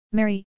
Mary